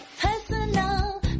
personal